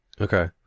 Okay